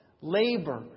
labor